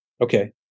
Okay